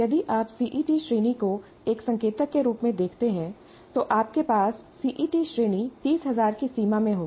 यदि आप सीईटी श्रेणी को एक संकेतक के रूप में देखते हैं तो आपके पास सीईटी श्रेणी 30000 की सीमा में होगी